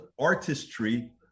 artistry